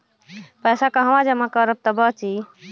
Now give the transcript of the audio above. पैसा कहवा जमा करब त बची?